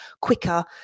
quicker